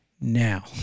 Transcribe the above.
now